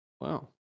Wow